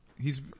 He's-